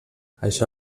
això